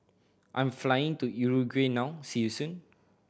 I'm flying to Uruguay now see you soon